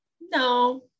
No